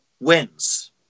Wins